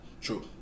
True